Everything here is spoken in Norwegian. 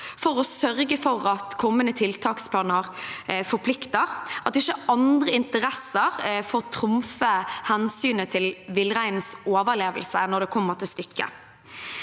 for å sørge for at kommende tiltaksplaner forplikter, og at ikke andre interesser får trumfe hensynet til villreinens overlevelse